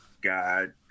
God